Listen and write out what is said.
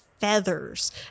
feathers